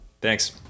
thanks